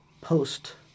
post